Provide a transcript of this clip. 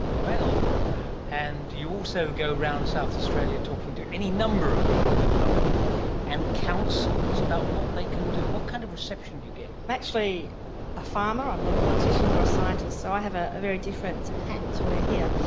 and you also go around south australia talking to any number of people in the public and councils about what they can do. what kind of reception do you get? i'm actually a farmer, i'm not a politician or a scientist, so i have a a very different hat to wear here.